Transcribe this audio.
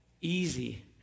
easy